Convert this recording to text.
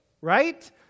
right